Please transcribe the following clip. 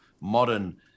modern